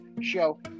show